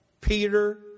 Peter